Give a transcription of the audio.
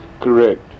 Correct